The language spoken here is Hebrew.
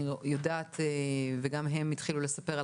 אני יודעת וגם הם התחילו לספר על